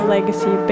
Legacy